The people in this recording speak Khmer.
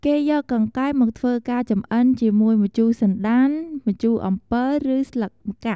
គេយកកង្កែបមកធ្វើការចំអិនជាមួយ ម្ជូរសណ្ដាន់ ម្ជូរអំពិល ឬស្លឹកម្កាក់់ ។